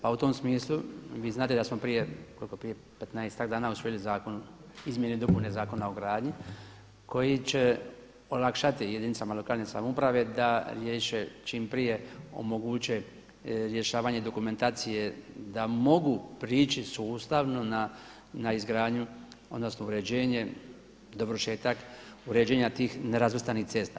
Pa u tom smislu vi znate da smo prije koliko, petnaestak dana usvojili izmjene i dopune Zakona o gradnji koji će olakšati jedinicama lokalne samouprave da riješe čim prije omoguće rješavanje dokumentacije da mogu prići sustavno na izgradnju odnosno uređenje, dovršetak uređenja tih nerazvrstanih cesta.